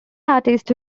artists